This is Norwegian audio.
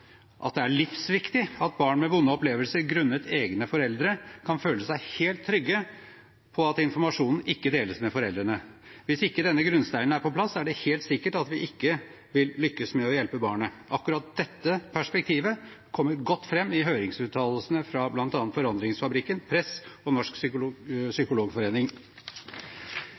at det er livsviktig at barn med vonde opplevelser grunnet egne foreldre kan føle seg helt trygge på at informasjon ikke deles med foreldrene. Hvis ikke denne grunnsteinen er på plass, er det helt sikkert at vi ikke vil lykkes med å hjelpe barnet. Akkurat dette perspektivet kommer godt fram i høringsuttalelsene fra bl.a. Forandringsfabrikken, Press og Norsk psykologforening.